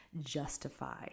justify